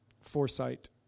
foresight